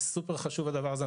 זה סופר חשוב הדבר הזה.